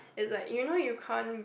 is like you know you can't